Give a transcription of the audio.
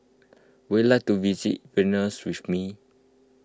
would you like to visit Vilnius with me